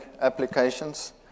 applications